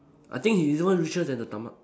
I think he's even richer than the Tema~